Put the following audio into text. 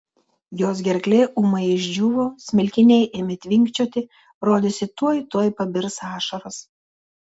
jos gerklė ūmai išdžiūvo smilkiniai ėmė tvinkčioti rodėsi tuoj tuoj pabirs ašaros